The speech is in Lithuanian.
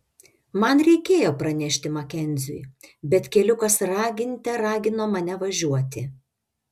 man reikėjo pranešti makenziui bet keliukas raginte ragino mane važiuoti